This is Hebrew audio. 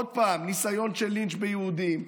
עוד פעם ניסיון של לינץ' ביהודים,